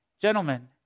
gentlemen